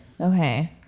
Okay